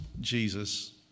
Jesus